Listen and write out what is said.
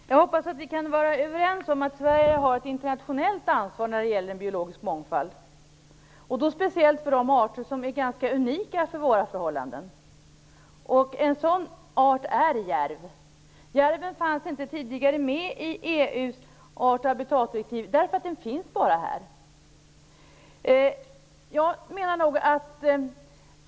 Herr talman! Jag hoppas att vi kan vara överens om att Sverige har ett internationellt ansvar när det gäller biologisk mångfald, speciellt för de arter som är mer eller mindre unika för våra förhållanden. En sådan art är järv. Järven fanns inte tidigare med i EU:s art och habitatdirektiv, eftersom den bara finns här.